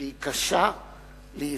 שהיא קשה ליישום.